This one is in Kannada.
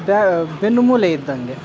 ಬ್ಯಾ ಬೆನ್ನು ಮೂಳೆ ಇದ್ದಂಗೆ